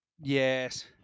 Yes